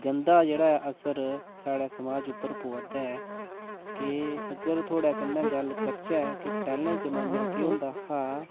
गंदा जेह्ड़ा असर साढे समाज उप्पर पवै दा ऐ कि अगर थुआढ़े कन्नै गल्ल करचै कि पैह्ले जमाने केह् होंदा हा